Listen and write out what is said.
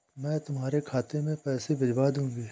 मैं तुम्हारे खाते में पैसे भिजवा दूँगी